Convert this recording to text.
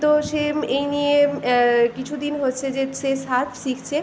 তো সে এই নিয়ে কিছু দিন হচ্ছে যে সে সার্ফ শিখছে